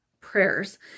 prayers